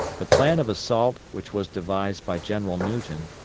the plan of assault which was devised by general newton,